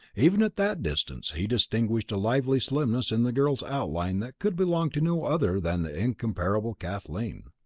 even at that distance, he distinguished a lively slimness in the girlish outline that could belong to no other than the incomparable kathleen.